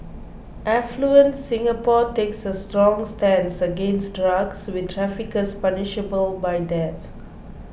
affluent Singapore takes a strong stance against drugs with traffickers punishable by death